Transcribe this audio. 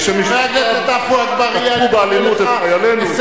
ושמשתתפיו תקפו באלימות את חיילינו,